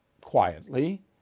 quietly